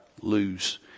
lose